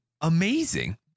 amazing